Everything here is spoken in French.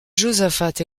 josaphat